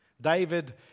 David